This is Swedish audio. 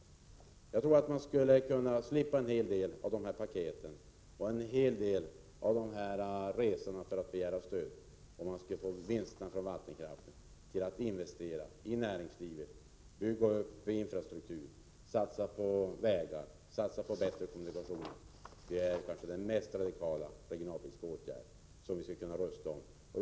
Man skulle slippa en hel del paket och en hel del resor för att begära stöd, om Norrbotten fick använda vinsterna från vattenkraften för att investera i näringslivet, bygga upp infrastrukturen samt satsa på vägar och bättre kommunikationer. Det kanske är den mest radikala regionalpolitiska åtgärd som riksdagen skulle kunna rösta om.